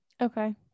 Okay